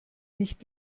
nicht